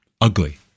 ugly